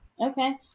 Okay